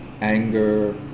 Anger